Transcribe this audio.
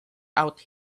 out